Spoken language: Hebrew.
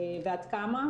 ועד כמה,